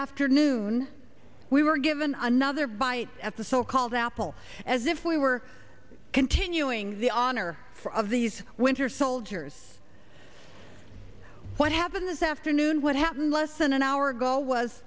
afternoon we were given another bite at the so called apple as if we were continuing the honor for of the winter soldiers what happened this afternoon what happened less than an hour ago was